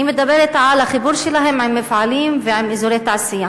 אני מדברת על החיבור שלהם עם מפעלים ועם אזורי תעשייה.